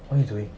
what you doing